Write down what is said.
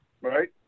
right